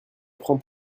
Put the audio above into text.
prends